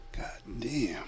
goddamn